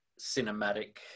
cinematic